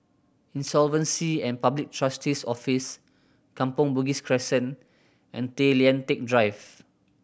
Insolvency and Public Trustee's Office Kampong Bugis Crescent and Tay Lian Teck Drive